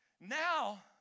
Now